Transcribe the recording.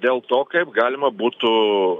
dėl to kaip galima būtų